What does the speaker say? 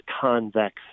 convex